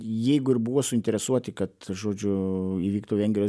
jeigu ir buvo suinteresuoti kad žodžiu įvyktų vengrijos